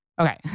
okay